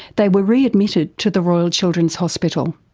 they were readmitted to the royal children's hospital.